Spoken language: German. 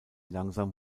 langsam